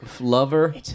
Lover